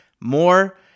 more